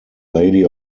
lady